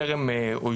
שדולת הנשים בישראל,